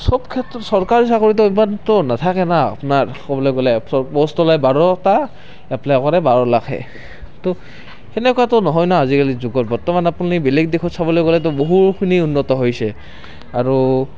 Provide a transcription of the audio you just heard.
সব ক্ষেত্ৰত চৰকাৰী চাকৰিটো ইমানতো নাথাকে না আপোনাৰ ক'বলৈ গ'লে চ' প'ষ্ট ওলায় বাৰটা এপ্লাই কৰে বাৰ লাখে তো সেনেকুৱাতো নহয় ন' আজিকালি যুগৰ বৰ্তমান আপুনি বেলেগ দেশত চাবলৈ গ'লেতো বহুখিনি উন্নত হৈছে আৰু